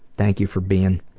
thank you for being